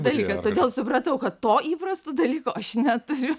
dalykas todėl supratau kad to įprasto dalyko aš neturiu